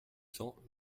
cents